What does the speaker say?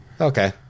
Okay